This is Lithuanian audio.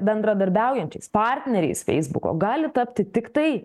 bendradarbiaujančiais partneriais feisbuko gali tapti tiktai